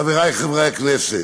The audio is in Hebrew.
חברי חברי הכנסת,